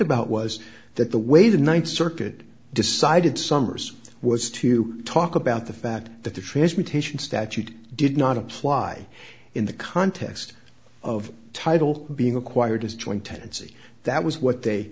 about was that the way the ninth circuit decided summers was to talk about the fact that the transmutation statute did not apply in the contest of title being acquired as joint tenancy that was what they